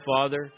father